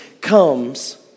comes